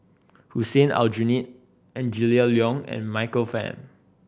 Hussein Aljunied Angela Liong and Michael Fam